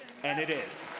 and it is.